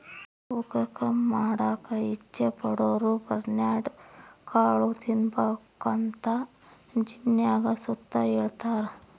ತೂಕ ಕಮ್ಮಿ ಮಾಡಾಕ ಇಚ್ಚೆ ಪಡೋರುಬರ್ನ್ಯಾಡ್ ಕಾಳು ತಿಂಬಾಕಂತ ಜಿಮ್ನಾಗ್ ಸುತ ಹೆಳ್ತಾರ